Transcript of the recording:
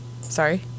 Sorry